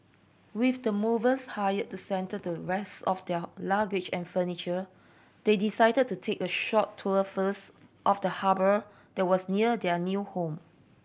with the movers hired to settle the rest of their luggage and furniture they decided to take a short tour first of the harbour that was near their new home